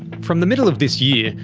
from the middle of this year,